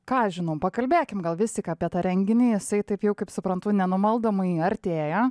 ką aš žinau pakalbėkim gal vis tik apie tą renginį jisai taip jau kaip suprantu nenumaldomai artėja